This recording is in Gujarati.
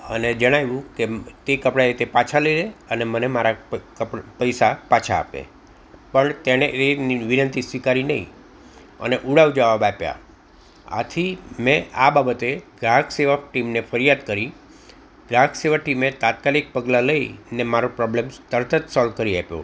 અને જણાવ્યું કે તે કપડા તે પાછા લઈ લે અને મને મારા પૈસા પાછા આપે પણ તેણે એ વિનંતી સ્વીકારી નહીં અને ઉડાવ જવાબ આપ્યા આથી મેં આ બાબતે ગ્રાહક સેવક ટીમને ફરિયાદ કરી ગ્રાહક સેવક ટીમએ તાત્કાલિક પગલાં લઈ અને મારો પ્રોબ્લેમ તરત જ સોલ્વ કરી આપ્યો